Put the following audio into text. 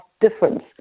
difference